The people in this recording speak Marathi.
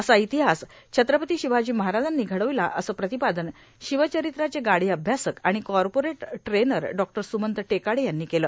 असा इतिहास छत्रपती शिवाजी महाराजांनी घडविला असं प्रतिपादन शिवचरित्राचे गाढे अभ्यासक आणि corporate trainer Dr Sumant Tekade यांनी केलं